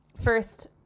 first